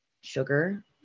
sugar